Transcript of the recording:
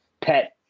pet